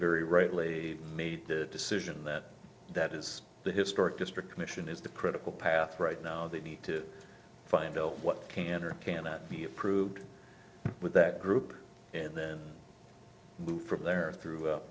very rightly made the decision that that is the historic district commission is the critical path right now they need to find bill what can or cannot be approved with that group and then from there or through